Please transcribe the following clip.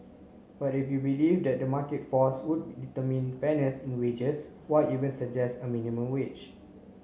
but if you believe that the market force would determine fairness in wages why even suggest a minimum wage